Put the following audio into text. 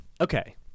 Okay